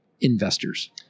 investors